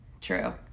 True